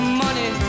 money